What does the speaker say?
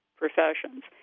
professions